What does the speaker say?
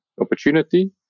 opportunity